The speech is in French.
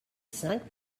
cinq